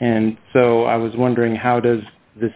and so i was wondering how does this